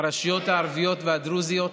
לרשויות הערביות והדרוזיות.